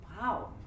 Wow